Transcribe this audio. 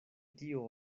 tio